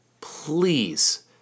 Please